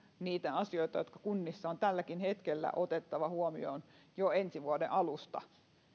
niitä asioita jotka kunnissa on tälläkin hetkellä otettava huomioon jo ensi vuoden alusta